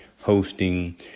hosting